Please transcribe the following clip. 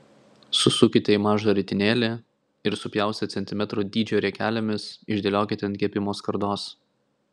susukite į mažą ritinėlį ir supjaustę centimetro dydžio riekelėmis išdėliokite ant kepimo skardos